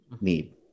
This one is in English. need